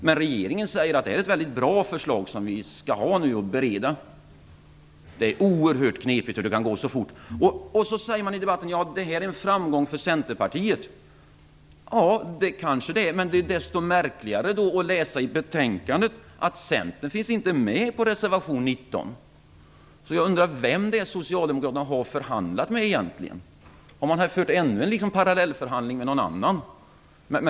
Men regeringen säger att det är ett väldigt bra förslag som skall beredas. Det är oerhört knepigt att det kan ändras så fort. Man säger i debatten att det är en framgång för Centerpartiet. Det kanske det är, men då är det desto märkligare att läsa i betänkandet att Centern inte finns med på reservation 19. Jag undrar vem Socialdemokraterna egentligen har förhandlat med. Har man fört en parallellförhandling med någon annan?